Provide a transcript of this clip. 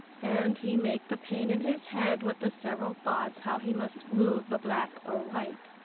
and he make the pain in his head with the several thoughts how he must move the black or white.